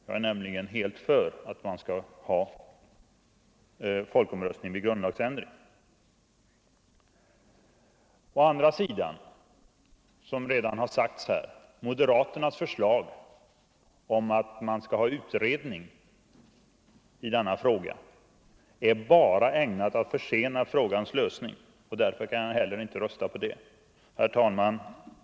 Jag är nämligen helt för att man skall ha folkomröstning vid grundlagsändring. Men som redan sagts här är moderaternas förslag om en utredning bara ägnat att försena frågans lösning och därför kan jag heller inte rösta på detta. Herr talman!